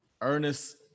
Ernest